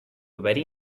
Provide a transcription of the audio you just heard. very